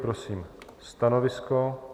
Prosím stanovisko.